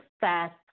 fast